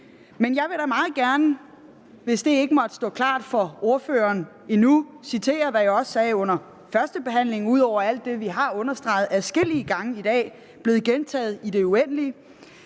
Men jeg vil da meget gerne, hvis det ikke måtte stå klart for ordføreren endnu, citere, hvad jeg også sagde under førstebehandlingen, ud over alt det, vi har understreget adskillige gange i dag, og som er blevet gentaget i det uendelige.